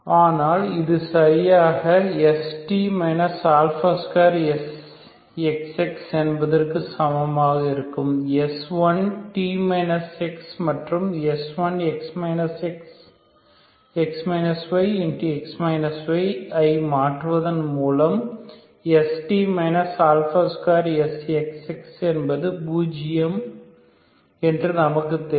ஆனால் இது சரியாக ST 2SXX என்பதற்கு சமமாக இருக்கும் S1 மற்றும் S1 ஐ மாற்றுவதன் மூலம் ST 2SXX என்பது பூஜியம் என்று நமக்கு தெரியும்